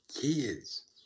Kids